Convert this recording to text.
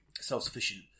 self-sufficient